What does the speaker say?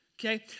Okay